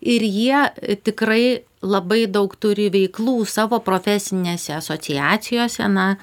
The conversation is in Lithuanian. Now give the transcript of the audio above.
ir jie tikrai labai daug turi veiklų savo profesinėse asociacijose na